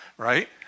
Right